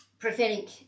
Prophetic